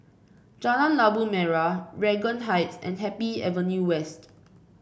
Jalan Labu Merah Regent Heights and Happy Avenue West